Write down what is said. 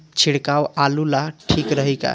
छिड़काव आलू ला ठीक रही का?